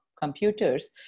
computers